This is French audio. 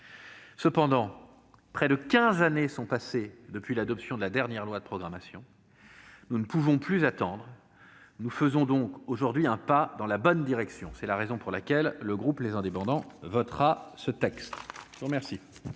Cependant, près de quinze années sont passées depuis l'adoption de la dernière loi de programmation ; nous ne pouvons plus attendre. Nous faisons donc aujourd'hui un pas dans la bonne direction. C'est la raison pour laquelle le groupe Les Indépendants - République et Territoires